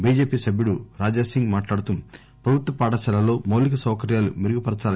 BJP సభ్యుడు రాజాసింగ్ మాట్లాడుతూ ప్రభుత్వ పాఠశాలల్లో మౌలిక సౌకర్యాలు మెరుగుపరచాలన్నారు